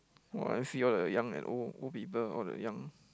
!woah! I see all the young and old old people all the young